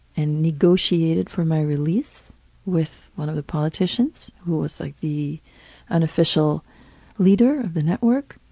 and negotiated for my release with one of the politicians who was like the unofficial leader of the network.